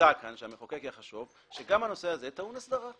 מוצע כאן שהמחוקק יחשוב שגם הנושא הזה טעון הסדרה.